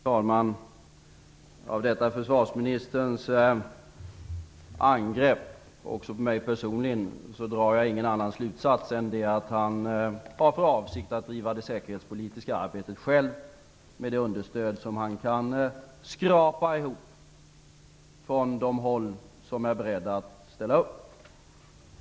Fru talman! Av detta försvarsministerns angrepp, också på mig personligen, drar jag ingen annan slutsats än att han har för avsikt att bedriva det säkerhetspolitiska arbetet själv, med det understöd han kan skrapa ihop från dem som är beredda att ställa upp.